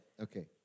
okay